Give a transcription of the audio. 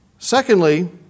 Secondly